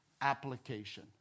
application